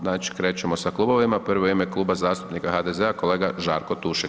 Znači krećemo sa klubovima, prvo u ime Kluba zastupnika HDZ-a kolega Žarko Tušek.